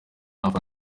ubukwe